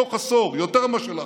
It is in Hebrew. בתוך עשור יותר מאשר להכפיל,